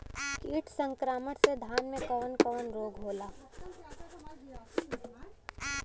कीट संक्रमण से धान में कवन कवन रोग होला?